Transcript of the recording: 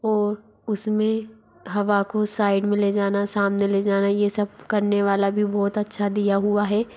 और उस में हवा को साइड में ले जाना सामने ले जाना ये सब करने वाला भी बहुत अच्छा दिया हुआ है